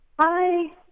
Hi